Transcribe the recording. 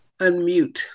unmute